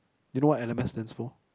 you know what L_M_S stands for